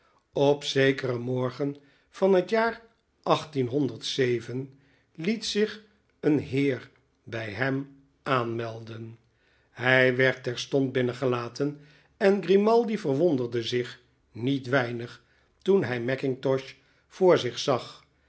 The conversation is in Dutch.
op zekeren morgen van het jaar liet zich een heer bij hem aanmelden hij werd terstond binnengelaten en grimaldi verwonderde zich niet weinig toen hij mackintosh voor zich zag